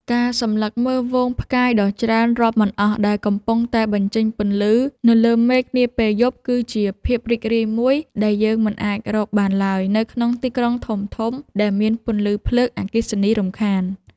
ការសម្លឹងមើលហ្វូងផ្កាយដ៏ច្រើនរាប់មិនអស់ដែលកំពុងតែបញ្ចេញពន្លឺនៅលើមេឃនាពេលយប់គឺជាភាពរីករាយមួយដែលយើងមិនអាចរកបានឡើយនៅក្នុងទីក្រុងធំៗដែលមានពន្លឺភ្លើងអគ្គិសនីរំខាន។